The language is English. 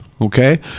okay